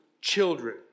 children